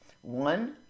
One